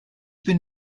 bin